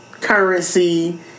currency